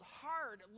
hard